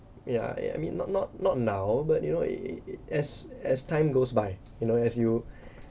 yeah yeah I mean not not not now but you know a~ a~ a~ as as time goes by you know as you